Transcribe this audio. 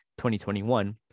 2021